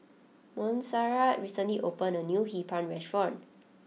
Monserrat recently opened a new Hee Pan restaurant